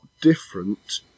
different